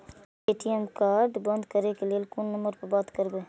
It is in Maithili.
ए.टी.एम कार्ड बंद करे के लेल कोन नंबर पर बात करबे?